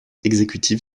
exécutive